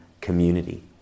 community